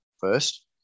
first